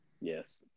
Yes